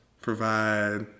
provide